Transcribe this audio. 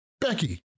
Becky